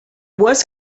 was